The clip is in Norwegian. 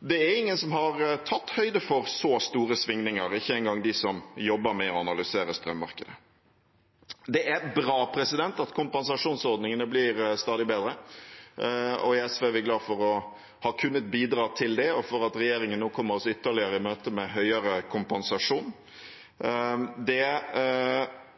Det er ingen som har tatt høyde for så store svingninger, ikke engang de som jobber med å analysere strømmarkedet. Det er bra at kompensasjonsordningene blir stadig bedre. I SV er vi glade for å ha kunnet bidra til det, og for at regjeringen nå kom oss ytterligere i møte, med høyere kompensasjon. Det